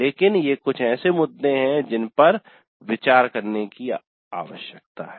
लेकिन ये कुछ ऐसे मुद्दे हैं जिन पर विचार करने की जरूरत है